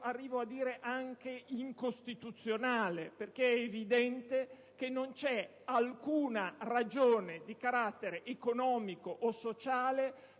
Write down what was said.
arrivo a dire - anche incostituzionale, perché è evidente che non c'è alcuna ragione di carattere economico o sociale